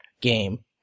game